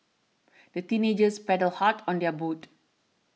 the teenagers paddled hard on their boat